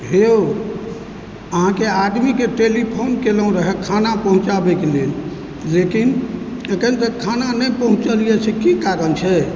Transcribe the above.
हे यौ अहाँके आदमीके टेलीफोन केलहुँ रहऽ खाना पहुँचाबयके लेल लेकिन अखन तक खाना नहि पहुँचलए से की कारण छै